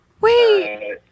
Wait